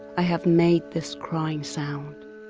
i have made this crying sound.